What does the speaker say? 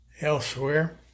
elsewhere